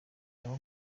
abo